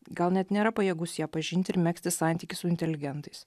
gal net nėra pajėgus ją pažinti ir megzti santykį su inteligentais